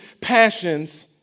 passions